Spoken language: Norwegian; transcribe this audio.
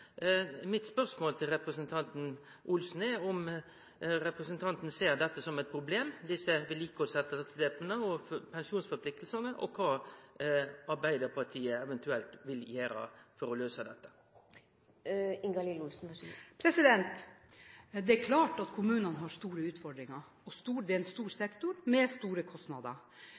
Mitt spørsmål til representanten Olsen er om ho ser desse vedlikehaldsetterslepa og pensjonspliktene som eit problem, og kva Arbeidarpartiet eventuelt vil gjere for å løyse dette. Det er klart at kommunene har store utfordringer. Det er en stor sektor, med store kostnader.